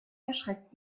erschreckt